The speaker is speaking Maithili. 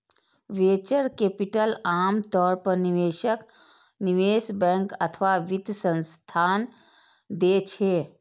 वेंचर कैपिटल आम तौर पर निवेशक, निवेश बैंक अथवा वित्त संस्थान दै छै